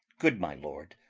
good my lord,